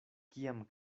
kiam